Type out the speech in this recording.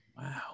Wow